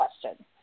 question